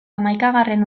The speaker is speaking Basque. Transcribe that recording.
hamaikagarren